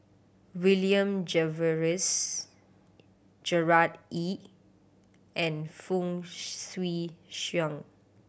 William Jervois Gerard Ee and Fong Swee Suan